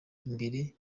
imbere